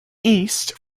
east